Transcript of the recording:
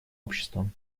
обществом